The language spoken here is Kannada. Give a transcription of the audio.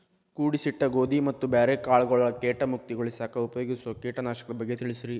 ಕೂಡಿಸಿಟ್ಟ ಗೋಧಿ ಮತ್ತ ಬ್ಯಾರೆ ಕಾಳಗೊಳ್ ಕೇಟ ಮುಕ್ತಗೋಳಿಸಾಕ್ ಉಪಯೋಗಿಸೋ ಕೇಟನಾಶಕದ ಬಗ್ಗೆ ತಿಳಸ್ರಿ